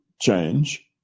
change